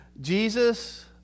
Jesus